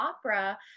opera